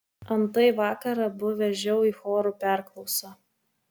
antai vakar abu vežiau į chorų perklausą